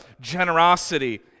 generosity